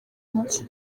mucyo